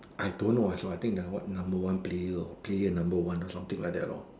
I don't know also I think the what number one player or player number one or something like that lor